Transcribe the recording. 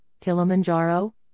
Kilimanjaro